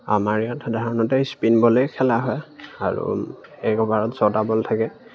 আমাৰ ইয়াত সাধাৰণতে স্পিন বলেই খেলা হয় আৰু এক অভাৰত ছটা বল থাকে